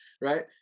right